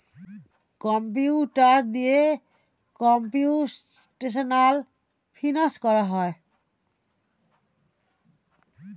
computer দিয়ে computational finance করা হয়